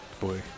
Boy